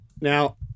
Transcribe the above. Now